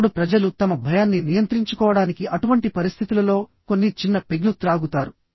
అప్పుడు ప్రజలు తమ భయాన్ని నియంత్రించుకోవడానికి అటువంటి పరిస్థితులలో కొన్ని చిన్న పెగ్లు త్రాగుతారు